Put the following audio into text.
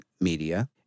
media